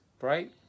right